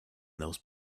those